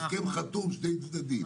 הסכם חתום בין שני צדדים.